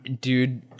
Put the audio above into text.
Dude